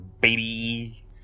baby